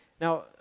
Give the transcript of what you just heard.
Now